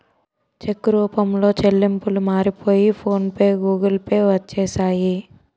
చెక్కు రూపంలో చెల్లింపులు మారిపోయి ఫోన్ పే గూగుల్ పే వచ్చేసాయి